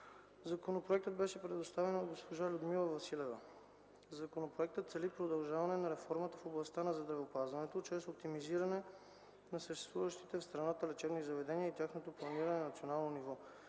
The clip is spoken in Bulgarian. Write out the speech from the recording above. Законопроектът беше представен от госпожа Людмила Василева. Законопроектът цели продължаването на реформата в областта на здравеопазването чрез оптимизиране на съществуващите в страната лечебни заведения и тяхното планиране на национално ниво.